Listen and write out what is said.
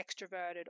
extroverted